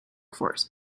force